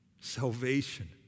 salvation